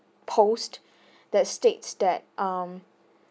post that states that um